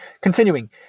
Continuing